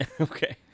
Okay